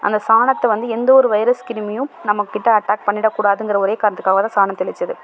அந்த சாணத்தை வந்து எந்த ஒரு வைரஸ் கிருமியும் நம்ம கிட்ட அட்டாக் பண்ணிட கூடாதுங்கிற ஒரே காரணத்துக்காகதான் சாணம் தெளித்தது